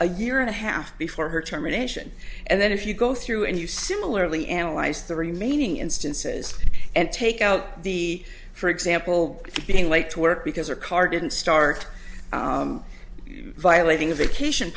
a year and a half before her terminations and then if you go through and you similarly analyzed the remaining instances and take out the for example being late to work because her car didn't start violating a vacation